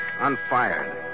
unfired